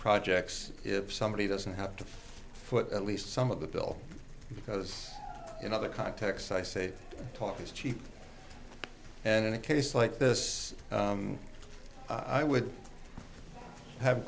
projects if somebody doesn't have to put at least some of the bill because in other contexts i say talk is cheap and in a case like this i would have